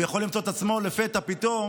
הוא יכול למצוא את עצמו לפתע פתאום